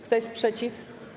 Kto jest przeciw?